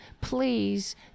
Please